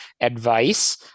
advice